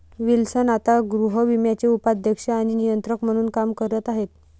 Wilson आता गृहविम्याचे उपाध्यक्ष आणि नियंत्रक म्हणून काम करत आहेत